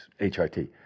HRT